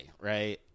right